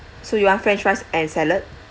so you want french fries and salad